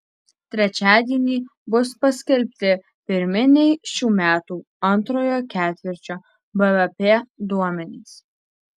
trečiadienį bus paskelbti pirminiai šių metų antrojo ketvirčio bvp duomenys